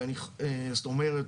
זאת אומרת,